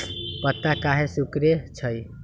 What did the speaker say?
पत्ता काहे सिकुड़े छई?